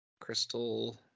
Crystal